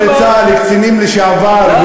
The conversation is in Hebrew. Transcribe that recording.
הנוצרים היו מעמודי התווך של הלאומיות הערבית.